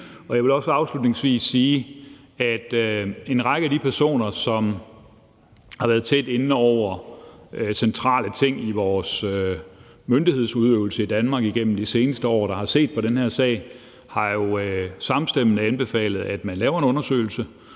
Jeg vil også afslutningsvis sige, at en række af de personer, der har været tæt inde over centrale ting i vores myndighedsudøvelse i Danmark igennem de seneste år, og som har set på den her sag, jo samstemmende har anbefalet, at man laver en undersøgelse.